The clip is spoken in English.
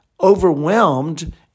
overwhelmed